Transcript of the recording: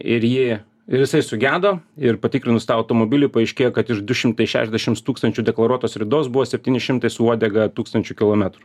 ir jį ir jisai sugedo ir patikrinus tą automobilį paaiškėjo kad iš du šimtai šešiadešims tūkstančių deklaruotos ridos buvo septyni šimtai su uodega tūkstančių kilometrų